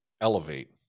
elevate